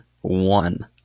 one